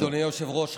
אדוני היושב-ראש,